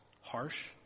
harsh